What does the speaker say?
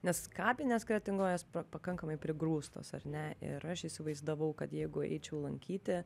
nes kapinės kretingoje pakankamai prigrūstos ar ne ir aš įsivaizdavau kad jeigu eičiau lankyti